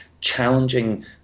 challenging